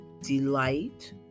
delight